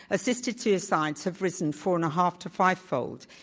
assisted suicides have risen four and a half to fivefold.